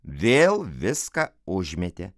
vėl viską užmetė